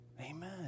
Amen